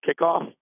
kickoff